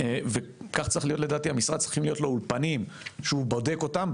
למשרד צריכים להיות אולפנים שהוא בודק אותם,